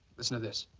listen to this.